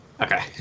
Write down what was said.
Okay